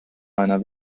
einer